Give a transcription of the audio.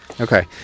Okay